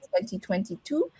2022